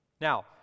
Now